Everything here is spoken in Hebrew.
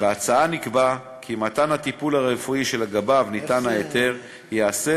בהצעה נקבע כי מתן הטיפול הרפואי שלגביו ניתן ההיתר ייעשה